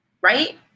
right